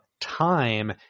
Time